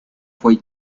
fue